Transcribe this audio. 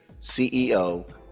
CEO